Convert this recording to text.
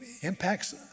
impacts